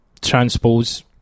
transpose